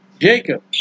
Jacob